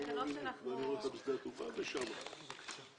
תקנות מס רכוש וקרן פיצויים(תשלום פיצויים)